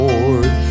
Lord